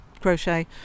crochet